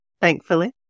Thankfully